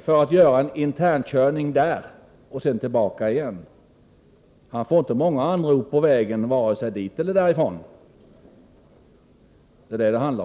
för att göra en internkörning på en annan ort, för att sedan fara tillbaka igen? Han får inte många anrop vare sig på vägen dit eller på vägen därifrån. Det är det saken handlar om.